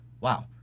wow